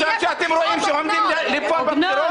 עכשיו כשאתם רואים שעומדים --- בבחירות,